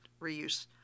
reuse